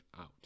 out